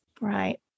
Right